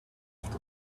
lived